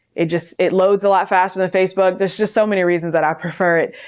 it just, it loads a lot faster than facebook. there's just so many reasons that i prefer it.